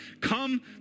Come